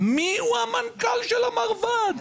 מיהו המנכ"ל של המרב"ד.